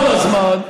כל הזמן,